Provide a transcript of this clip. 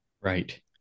Right